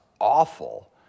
awful